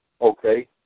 Okay